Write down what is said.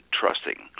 trusting